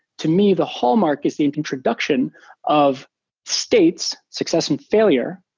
to me, the hallmark is the and introduction of states, success and failure,